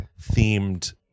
themed